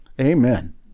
Amen